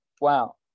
Wow